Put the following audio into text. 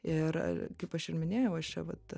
ir kaip aš ir minėjau aš čia vat